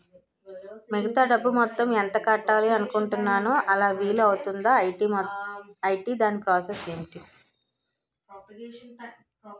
మిగతా డబ్బు మొత్తం ఎంత కట్టాలి అనుకుంటున్నాను అలా వీలు అవ్తుంధా? ఐటీ దాని ప్రాసెస్ ఎంటి?